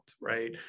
right